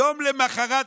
יום למוחרת,